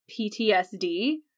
PTSD